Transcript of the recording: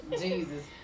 Jesus